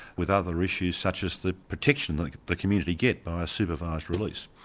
with other issues such as the protection like the community gets by a supervised release.